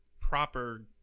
proper